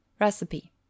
RECIPE